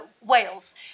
Wales